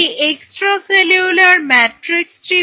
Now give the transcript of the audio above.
এই extracellular ম্যাট্রিক্সটি হল Concanavaline A